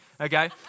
okay